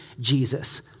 Jesus